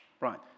right